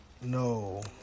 No